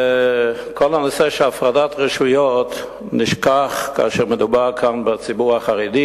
כל הנושא של הפרדת רשויות נשכח כאשר מדובר כאן בציבור החרדי,